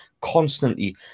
constantly